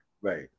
Right